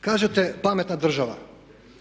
Kažete pametna država.